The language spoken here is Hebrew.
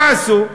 מה עשו?